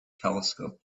telescope